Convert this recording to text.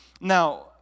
Now